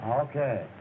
Okay